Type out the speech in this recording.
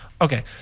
Okay